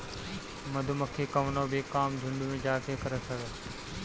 मधुमक्खी कवनो भी काम झुण्ड में जाके करत हवे